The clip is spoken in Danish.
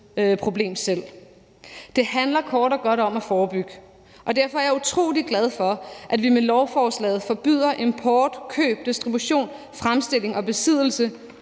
selv. Det handler kort og godt om at forebygge, og derfor er jeg utrolig glad for, at vi med lovforslaget forbyder import, køb, distribution, fremstilling og besiddelse